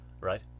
right